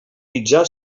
mitjà